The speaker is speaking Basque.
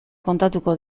kontatuko